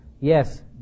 Yes